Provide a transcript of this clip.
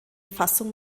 fassung